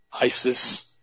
ISIS